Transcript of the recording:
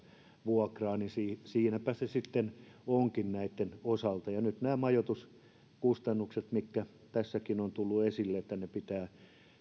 vuokraa niin siinäpä se sitten onkin näitten osalta ja nyt kun nämä majoituskustannukset tässäkin ovat tulleet esille niin että niiden